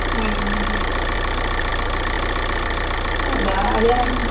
ಹ್ಞೂ ಹೌದಾ ಅದೇ ನಮ್ಮ